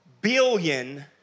billion